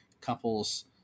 couples